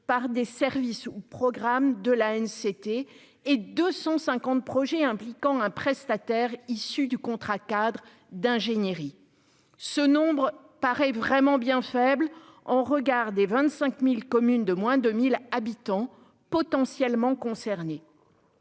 par des services au programme de la haine c'était et 250 projets impliquant un prestataire issus du contrat cadre d'ingénierie ce nombre paraît vraiment bien faible en regard des 25000 communes de moins de 1000 habitants potentiellement concernés,